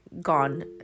gone